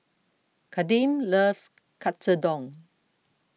Kadeem loves Katsudon